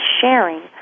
sharing